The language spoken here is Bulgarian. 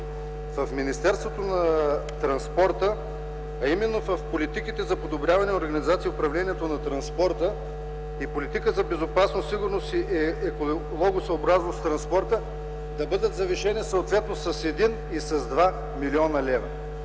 в Министерството на транспорта, а именно в политиката за подобряване организацията и управлението на транспорта и политика за безопасност, сигурност и екологосъобразност в транспорта, да бъдат завишени съответно с един и два милиона лева.